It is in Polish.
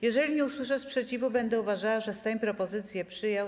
Jeżeli nie usłyszę sprzeciwu, będę uważała, że Sejm propozycję przyjął.